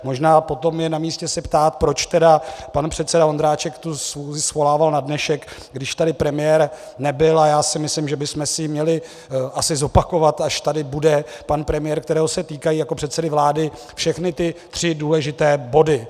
Možná potom je namístě se ptát, proč tedy pan předseda Vondráček schůzi svolával na dnešek, když tady premiér nebyl, a myslím si, že bychom si ji měli asi zopakovat, až tady bude pan premiér, kterého se týkají jako předsedy vlády všechny tři důležité body.